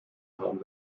haben